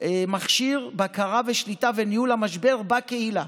מכשיר בקרה ושליטה וניהול המשבר בקהילה.